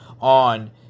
on